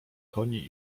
koni